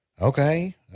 Okay